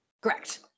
Correct